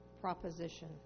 proposition